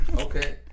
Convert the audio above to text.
Okay